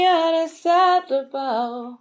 unacceptable